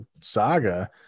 saga